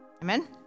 Amen